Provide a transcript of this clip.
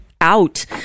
out